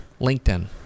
LinkedIn